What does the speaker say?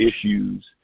issues